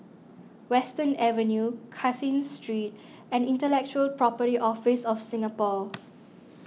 Western Avenue Caseen Street and Intellectual Property Office of Singapore